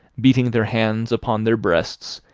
beating their hands upon their breasts,